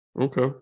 Okay